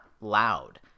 loud